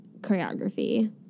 choreography